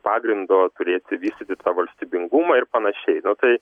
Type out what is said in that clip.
pagrindo turėti vystyti tą valstybingumą ir panašiai nu tai